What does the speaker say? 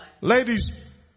Ladies